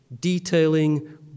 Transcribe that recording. detailing